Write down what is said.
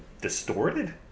distorted